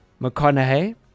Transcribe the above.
mcconaughey